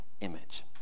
image